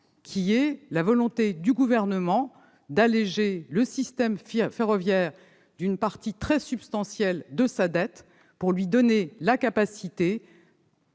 savoir la volonté du Gouvernement de soulager le système ferroviaire d'une partie très substantielle de sa dette pour lui donner la capacité